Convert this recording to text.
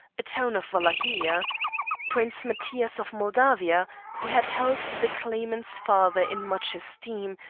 a town of wallachia. prince matthias, of moldavia, who had held the claimant's father in much esteem,